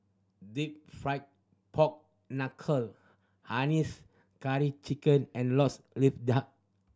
Deep Fried Pork Knuckle hainanese chicken and Lotus Leaf Duck